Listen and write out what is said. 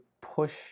push